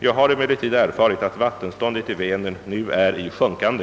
Jag har emeller tid erfarit, att vattenståndet i Vänern nu är i'sjunkande.